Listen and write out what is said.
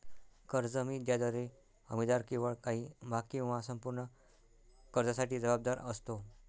कर्ज हमी ज्याद्वारे हमीदार केवळ काही भाग किंवा संपूर्ण कर्जासाठी जबाबदार असतो